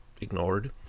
ignored